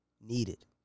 Needed